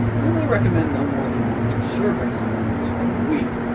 then they recommend no more than one or two servings and then call it a week.